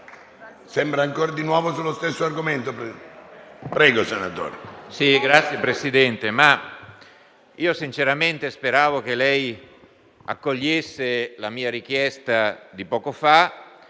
Signor Presidente, sinceramente speravo che accogliesse la mia richiesta di poco fa.